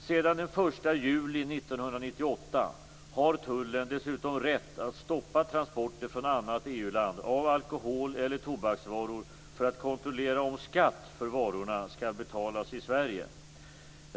Sedan den 1 juli 1998 har tullen dessutom rätt att stoppa transporter från annat EU-land av alkoholeller tobaksvaror för att kontrollera om skatt för varorna skall betalas i Sverige.